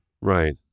right